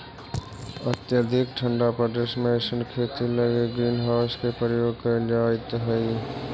अत्यधिक ठंडा प्रदेश में अइसन खेती लगी ग्रीन हाउस के प्रयोग कैल जाइत हइ